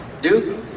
Duke